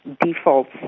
defaults